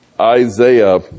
Isaiah